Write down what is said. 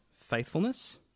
faithfulness